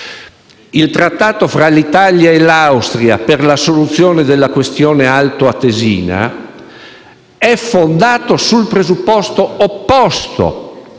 Il Trattato fra l'Italia e l'Austria per la soluzione della questione altoatesina è fondato sul presupposto opposto;